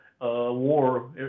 war